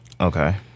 Okay